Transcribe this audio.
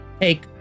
take